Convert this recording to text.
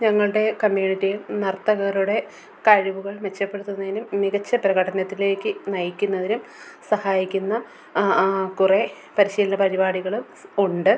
ഞങ്ങളുടെ കമ്മ്യൂണിറ്റിയിൽ നർത്തകരുടെ കഴിവുകൾ മെച്ചപ്പെടുത്തുന്നതിനും മികച്ച പ്രകടനത്തിലേക്ക് നയിക്കുന്നതിനും സഹായിക്കുന്ന കുറേ പരിശീലന പരിപാടികളും ഉണ്ട്